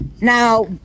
Now